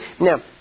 Now